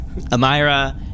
Amira